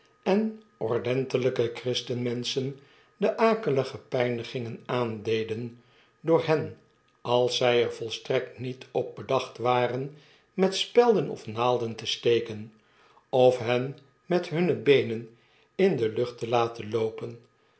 en ordentelpe christenmenschen de akelige pijnigingen aandeden door hen als zy er volstrekt niet op verdacht waren met spelden of naalderi te steken of hen met hunne beenen in de lucht te laten loopen